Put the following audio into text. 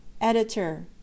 Editor